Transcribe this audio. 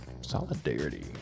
Solidarity